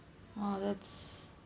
orh that's